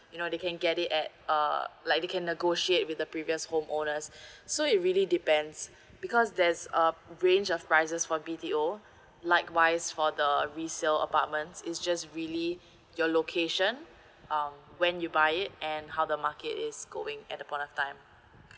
you know they can get it at uh like they can negotiate with the previous home owners so it really depends because there's a range of prices for B_T_O likewise for the resale apartments is just really your location um when you buy it and how the market is going at that point in time